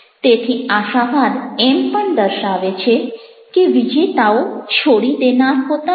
તેથી આશાવાદ એમ પણ દર્શાવે છે કે વિજેતાઓ છોડી દેનાર હોતા નથી